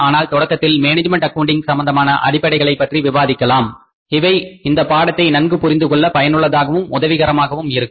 ஆனால் தொடக்கத்தில் management accounting சம்பந்தமான அடிப்படைகளை பற்றி விவாதிக்கலாம் இவை இந்தப் பாடத்தை நன்கு புரிந்துகொள்ள பயனுள்ளதாகவும் உதவிகரமாகவும் இருக்கும்